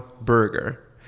burger